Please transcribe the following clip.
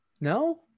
No